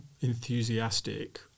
enthusiastic